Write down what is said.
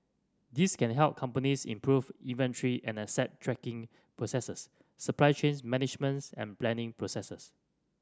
these can help companies improve inventory and asset tracking processes supply chains managements and planning processes